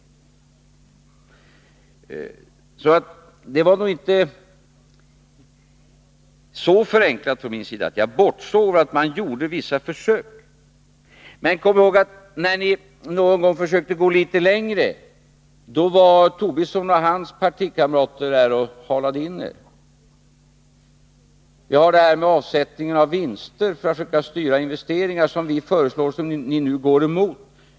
Beskrivningen var nog inte så förenklad från min sida att jag bortsåg ifrån att man gjorde vissa försök. Men kom ihåg att när ni någon gång försökte gå litet längre, då var Lars Tobisson och hans partikamrater där och halade in er. Vårt förslag om avsättning av vinster för att försöka styra investeringarna går ni nu emot.